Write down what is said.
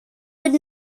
would